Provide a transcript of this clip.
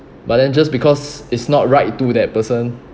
but then just because it's not right to that person